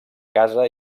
casa